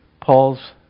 Paul's